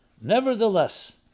Nevertheless